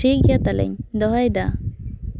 ᱴᱷᱤᱠ ᱜᱮᱭᱟ ᱛᱟᱦᱚᱞᱤᱧ ᱫᱚᱦᱚᱭᱮᱫᱟ